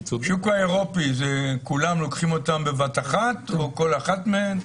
השוק האירופי כולם לוקחים אותם בבת אחת או כל אחת מהן?